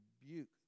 rebuke